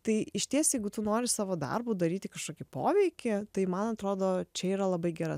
tai išties jeigu tu nori savo darbu daryti kažkokį poveikį tai man atrodo čia yra labai gera